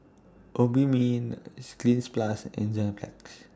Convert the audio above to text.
Obimin Cleanz Plus and Enzyplex